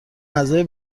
اعضای